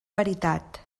veritat